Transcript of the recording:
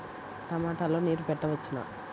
టమాట లో నీరు పెట్టవచ్చునా?